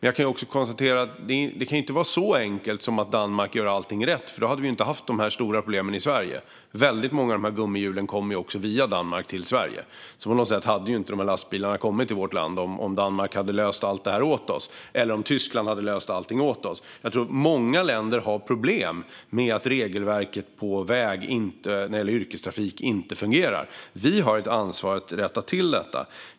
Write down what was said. Jag kan konstatera att det inte kan vara så enkelt att Danmark gör allt rätt, för då hade vi inte haft dessa stora problem i Sverige. Väldigt många av gummihjulen kommer också via Danmark till Sverige. Dessa lastbilar hade inte kommit till vårt land om Danmark eller Tyskland hade löst allt åt oss. Jag tror att många länder har problem med att regelverket om yrkestrafik på väg inte fungerar. Vi har ett ansvar för att rätta till detta.